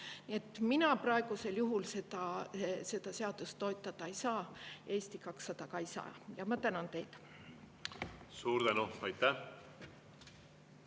mina praegusel juhul seda seadust toetada ei saa, Eesti 200 ka ei saa. Ma tänan teid. Hea juhataja!